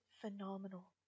phenomenal